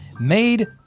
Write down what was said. made